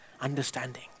understanding